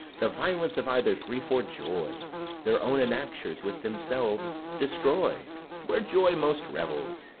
the violence of either grief or joy their own enactures with themselves destroy where joy most revels,